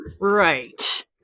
Right